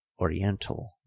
oriental